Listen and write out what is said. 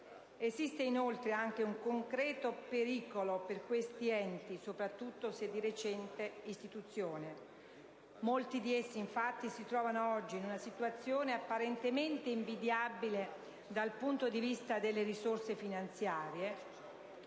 Esiste, inoltre, un concreto pericolo per questi enti, soprattutto se di recente istituzione. Molti di essi, infatti, si trovano oggi in una situazione apparentemente invidiabile dal punto di vista delle risorse finanziarie,